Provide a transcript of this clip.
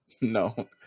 no